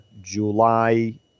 July